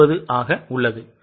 9 ஆக உள்ளது